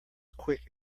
quick